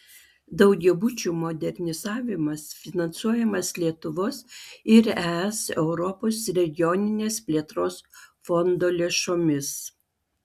daugiabučių modernizavimas finansuojamas lietuvos ir es europos regioninės plėtros fondo lėšomis